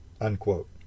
unquote